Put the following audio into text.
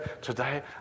today